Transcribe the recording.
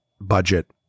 budget